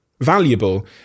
valuable